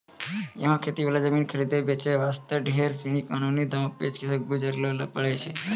यहाँ खेती वाला जमीन खरीदै बेचे वास्ते ढेर सीनी कानूनी दांव पेंच सॅ गुजरै ल पड़ै छै